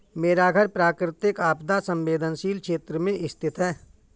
मेरा घर प्राकृतिक आपदा संवेदनशील क्षेत्र में स्थित है